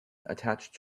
attached